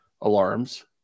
alarms